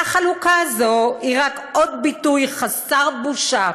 והחלוקה הזו היא רק עוד ביטוי לחוסר בושה